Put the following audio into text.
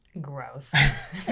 Gross